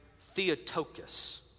Theotokos